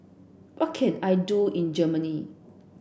what can I do in Germany